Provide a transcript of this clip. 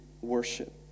worship